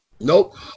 Nope